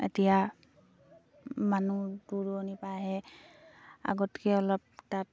এতিয়া মানুহ দুৰণিৰপৰা আহে আগতকৈ অলপ তাত